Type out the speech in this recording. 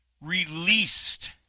released